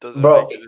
bro